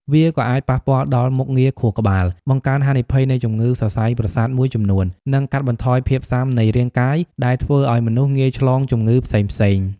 វាក៏អាចប៉ះពាល់ដល់ មុខងារខួរក្បាល បង្កើនហានិភ័យនៃជំងឺសរសៃប្រសាទមួយចំនួន នឺងកាត់បន្ថយភាពស៊ាំនៃរាងកាយ ដែលធ្វើឱ្យមនុស្សងាយឆ្លងជំងឺផ្សេងៗ។